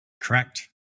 correct